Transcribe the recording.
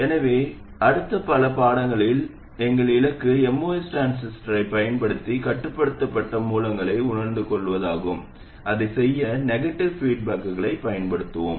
எனவே அடுத்த பல பாடங்களில் எங்கள் இலக்கு MOS டிரான்சிஸ்டரைப் பயன்படுத்தி கட்டுப்படுத்தப்பட்ட மூலங்களை உணர்ந்துகொள்வதாகும் அதைச் செய்ய நெகடிவ் பீட்பாக்குகளை பயன்படுத்துவோம்